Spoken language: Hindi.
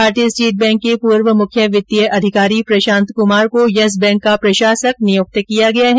भारतीय स्टेट बैंक के पूर्व मुख्य वित्तीय अधिकारी प्रशांत कुमार को यस बैंक का प्रशासक निय्क्त किया गया है